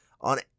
on